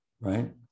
right